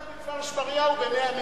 וקונים וילה בכפר-שמריהו ב-100 מיליון.